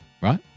right